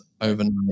overnight